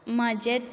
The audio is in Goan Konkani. म्हजेंच